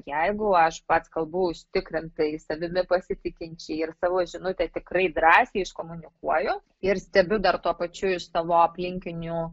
jeigu aš pats kalbu užtikrintai savimi pasitikinčiai ir savo žinutę tikrai drąsiai iškomunikuoju ir stebiu dar tuo pačiu iš savo aplinkinių